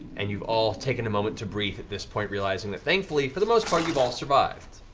and you've all taken a moment to breathe at this point, realizing that thankfully, for the most part, you've all survived.